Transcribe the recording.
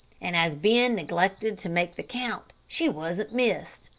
and as ben neglected to make the count, she wasn't missed.